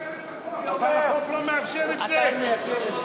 החוק מייתר את מה שאתה אומר.